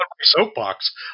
soapbox